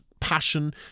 passion